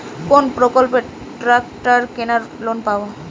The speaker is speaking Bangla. কোন প্রকল্পে ট্রাকটার কেনার লোন পাব?